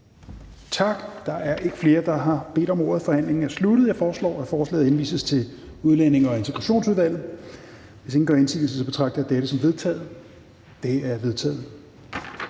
Der er ikke flere, der har bedt om ordet, og forhandlingen er sluttet. Jeg foreslår, at forslaget til folketingsbeslutning henvises til Kulturudvalget. Hvis ingen gør indsigelse, betragter jeg dette som vedtaget. Det er vedtaget.